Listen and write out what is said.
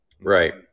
Right